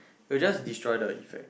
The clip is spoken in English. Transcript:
you will just destroy the effect